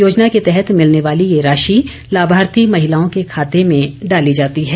योजना के तहत भिलने वाली ये राशि लाभार्थी महिलाओं के खाते में डाली जाती है